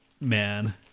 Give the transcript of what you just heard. Man